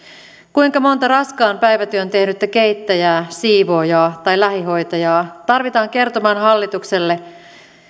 kuinka monta raskaan päivätyön tehnyttä keittäjää siivoojaa tai lähihoitajaa tarvitaan kertomaan hallitukselle